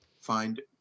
find